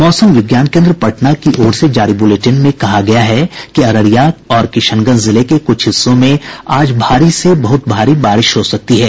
मौसम विज्ञान केंद्र पटना की ओर से जारी बुलेटिन में कहा गया है कि अररिया और किशनगंज जिले के कुछ हिस्सों में आज भारी से बहुत भारी बारिश हो सकती है